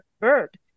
bird